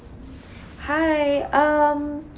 hi um